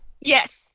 Yes